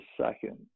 second